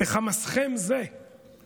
בחמסכם זה /